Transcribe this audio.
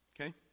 Okay